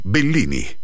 Bellini